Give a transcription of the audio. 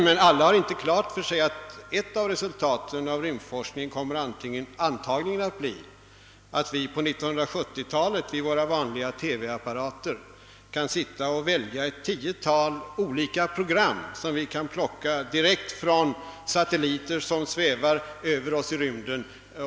Men alla har inte klart för sig att ett av resultaten av rymdforskningen antagligen kommer att bli att vi på 70-talet vid våra vanliga TV-apparater kan välja mellan ett tiotal olika program, som vi kan plocka direkt från satelliter vilka svävar över oss i rymden.